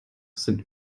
sind